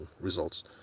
results